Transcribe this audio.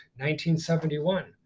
1971